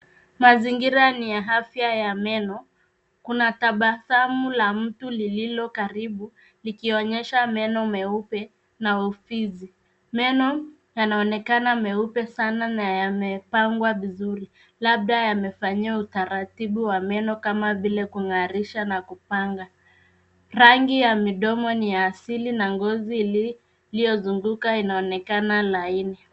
Mazingira ni ya afya ya meno. Kuna tabasamu la mtu lililo karibu likionyesha meno meupe na ufizi. Meno yanaonekana meupe sana na yamepangwa vizuri labda yamefanyiwa utaratibu wa meno kama vile kun'garisha na kupanga. Rangi ya midomo ni ya asili na ngozi iliyozunguka inaonekana laini.